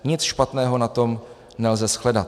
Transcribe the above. Nic špatného na tom nelze shledat.